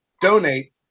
donate